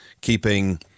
keeping